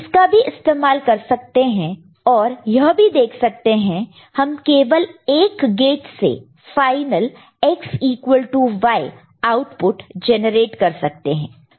इसका भी इस्तेमाल कर सकते हैं और यह भी देख सकते हैं हम केवल एक गेट से final X equal to Y output generate कर सकते हैं